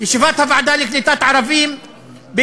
ישיבת הוועדה לקליטת עובדים ערבים בשירות הציבורי,